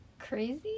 Crazy